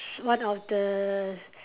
one of the